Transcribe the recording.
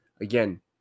again